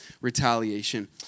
retaliation